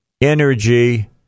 energy